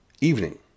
evening